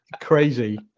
crazy